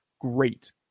great